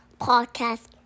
podcast